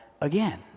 again